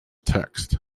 text